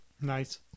Nice